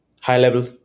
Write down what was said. high-level